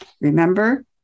Remember